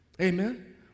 amen